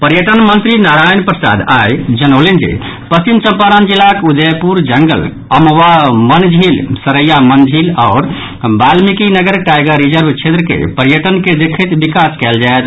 पर्यटन मंत्री नारायण प्रसाद आइ जनौलनि जे पश्चिम चंपारण जिलाक उदयपुर जंगल अमवा मन झील सरैया मन झील आओर वाल्मिकीनगर टाईगर रिजर्व क्षेत्र के पर्यटन के देखैत विकास कयल जायत